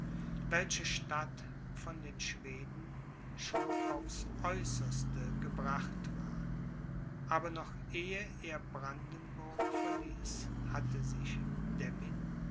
welche stadt von den schweden schon aufs äußerste gebracht war aber noch ehe er brandenburg verließ hatte sich